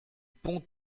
pond